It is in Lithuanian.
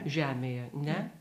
žemėje ne